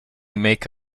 make